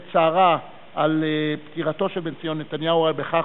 את צערה על פטירתו של בנציון נתניהו בכך